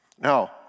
Now